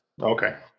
Okay